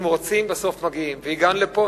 אם רוצים, בסוף מגיעים, והגענו לפה.